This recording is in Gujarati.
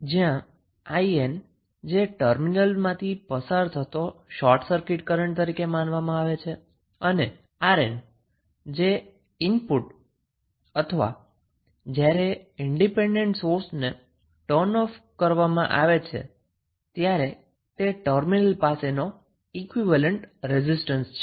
જ્યાં 𝐼𝑁 એ ટર્મિનલમાંથી પસાર થતો શોર્ટ સર્કિટ કરન્ટ છે અને 𝑅𝑁 એ ઈનપુટ અથવા જ્યારે ઈન્ડીપેન્ડન્ટ સોર્સને ટર્ન ઓફ કરવામાં આવે છે ત્યારે તે ટર્મિનલ પાસેનો ઈક્વીવેલેન્ટ રેજિસ્ટન્સ છે